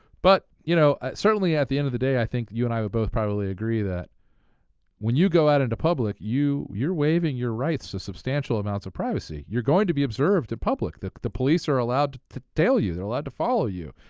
but, you know, ah certainly at the end of the day, i think you and i would both probably agree that when you go out into public, you're waving your rights to substantial amounts of privacy. you're going to be observed in public the the police are allowed to tail you, they're allowed to follow you.